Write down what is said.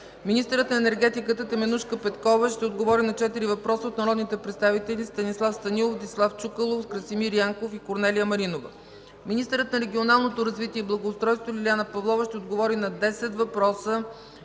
министърът на енергетиката Теменужка Петкова ще отговори на четири въпроса от народните представители Станислав Станилов, Десислав Чуколов, Красимир Янков, и Корнелия Маринова; - министърът на регионалното развитие и благоустройството Лиляна Павлова ще отговори на 10 въпроса